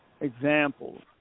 examples